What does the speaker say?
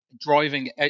driving